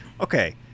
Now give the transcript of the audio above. okay